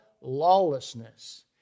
lawlessness